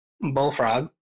Bullfrog